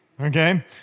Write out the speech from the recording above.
okay